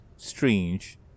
Strange